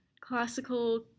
classical